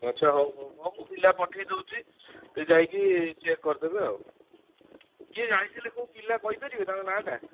ଆଚ୍ଛା ହଉ ହଉ ହଉ ମୁଁ ପିଲା ପଠାଇ ଦେଉଛି ସେ ଯାଇକି ଚେକ୍ କରିଦେବେ ଆଉ କିଏ ଯାଇଥିଲେ କେଉଁ ପିଲା କହିପାରିବେ ତାଙ୍କ ନାଁଟା